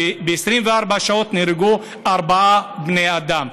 ב-24 שעות נהרגו ארבעה בני אדם.